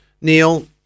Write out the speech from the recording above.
Neil